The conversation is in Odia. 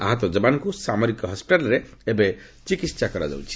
ଆହତ ଯବାନଙ୍କୁ ସାମରିକ ହସ୍କିଟାଲ୍ରେ ଏବେ ଚିକିହା କରାଯାଉଛି